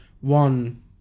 one